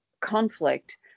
conflict